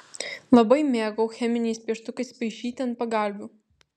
labai mėgau cheminiais pieštukais paišyti ant pagalvių